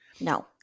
No